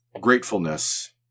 gratefulness